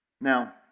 Now